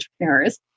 entrepreneurs